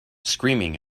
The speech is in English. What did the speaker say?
screaming